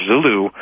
Zulu